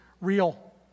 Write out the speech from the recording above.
real